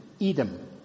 Edom